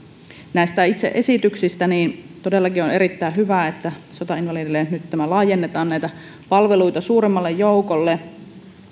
näistä itse esityksistä todellakin on erittäin hyvä että sotainvalideille nyt laajennetaan näitä palveluita suuremmalle joukolle